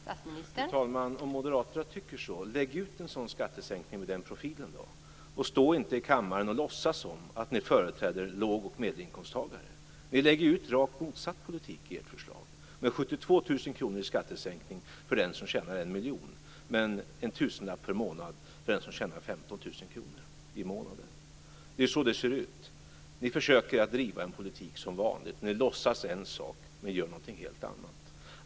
Fru talman! Om moderaterna tycker så, lägg då ut en sådan skattesänkning med den profilen! Stå inte i kammaren och låtsas som om ni företräder låg och medelinkomsttagare. Ni lägger ju ut rakt motsatt politik i ert förslag, med 72 000 kr i skattesänkning för den som tjänar 1 miljon men en tusenlapp per månad för den som tjänar 15 000 kr i månaden. Det är så det ser ut. Ni försöker som vanligt att driva en politik där ni låtsas en sak men gör något helt annat.